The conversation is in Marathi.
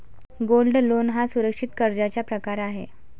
गोल्ड लोन हा सुरक्षित कर्जाचा प्रकार आहे